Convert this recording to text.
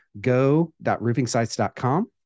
go.roofingsites.com